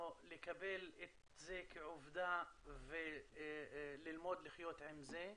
לקבל את זה כעובדה וללמוד לחיות עם זה,